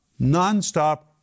nonstop